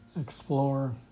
explore